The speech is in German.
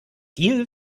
deal